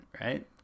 right